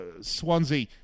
Swansea